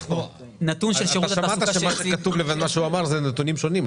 שמה שכתוב לבין מה שהוא אמר זה נתונים שונים,